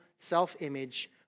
Self-image